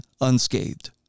unscathed